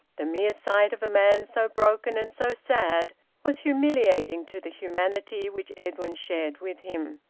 the mere sight of a man so broken and so sad was humiliating to the humanity which edwin shared with him.